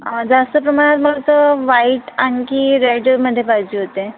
जास्त प्रमाणात मला तर व्हाइट आणखी रेडमध्ये पाहिजे होते